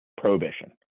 Prohibition